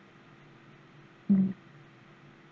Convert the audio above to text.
mm